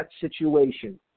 situation